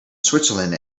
switzerland